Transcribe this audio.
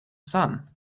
sun